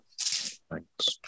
Thanks